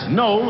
no